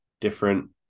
different